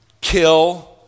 kill